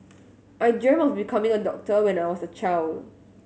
I dreamt of becoming a doctor when I was a child